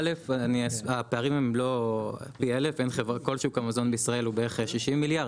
א' הפערים הם לא פי 1,000 אין כל שוק המזון בישראל הוא בערך 60 מיליארד,